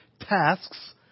tasks